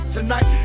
tonight